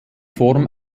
form